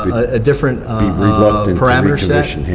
a different parameter set.